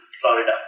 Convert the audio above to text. Florida